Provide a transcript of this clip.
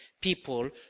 people